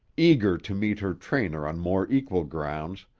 eager to meet her trainer on more equal grounds,